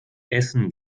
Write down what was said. essen